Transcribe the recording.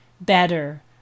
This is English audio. better